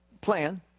plan